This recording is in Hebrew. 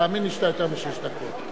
תאמין לי שאתה יותר משש דקות.